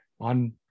on